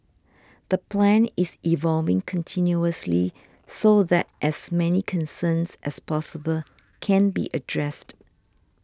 the plan is evolving continuously so that as many concerns as possible can be addressed